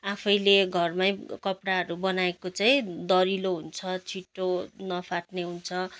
आफैले घरमा कपडाहरू बनाएको चाहिँ दरिलो हुन्छ छिटो नफाट्ने हुन्छ